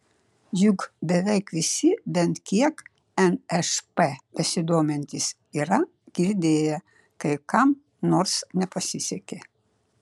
juk beveik visi bent kiek nšp besidomintys yra girdėję kaip kam nors nepasisekė